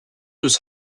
was